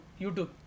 YouTube